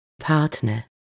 partner